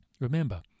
Remember